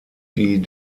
die